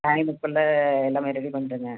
டைமுக்குள்ளே எல்லாமே ரெடி பண்ணிவிடுங்க